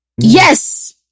Yes